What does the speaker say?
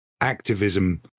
activism